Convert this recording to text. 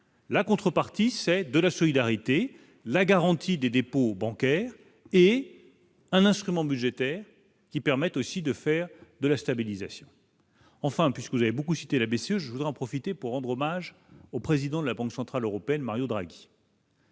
La contrepartie, c'est de la solidarité, la garantie des dépôts bancaires et un instrument budgétaire qui permettent aussi de faire de la stabilisation, enfin, puisque vous avez beaucoup cité la BCE, je voudrais en profiter pour rendre hommage au président de la Banque centrale européenne, Mario Draghi.